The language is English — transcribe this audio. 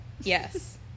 Yes